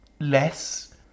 less